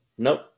Nope